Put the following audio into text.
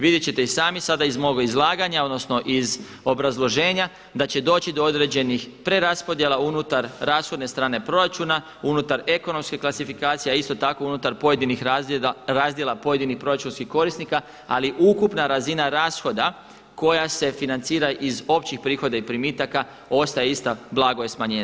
Vidjet ćete i sami sada iz moga izlaganja, odnosno iz obrazloženja da će doći do određenih preraspodjela unutar rashodne strane proračuna, unutar ekonomske klasifikacije a isto tako unutar pojedinih razdjela pojedinih proračunskih korisnika ali ukupna razina rashoda koja se financira iz općih prihoda i primitaka ostaje ista, blago je smanjenje.